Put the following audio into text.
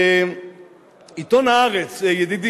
עיתון "הארץ" ידידי,